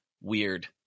weird